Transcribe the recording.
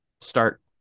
start